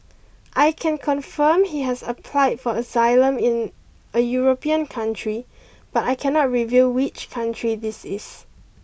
I can confirm he has applied for asylum in a European country but I cannot reveal which country this is